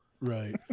Right